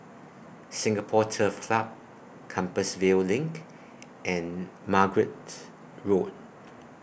Singapore Turf Club Compassvale LINK and Margate Road